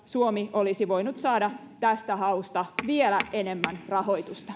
suomi olisi voinut saada tästä hausta vielä enemmän rahoitusta